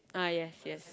ah yes yes